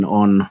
on